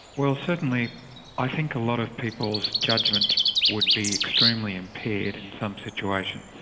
well certainly i think a lot of people's judgment would be extremely impaired in some situations,